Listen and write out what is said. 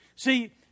See